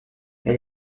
elle